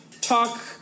Talk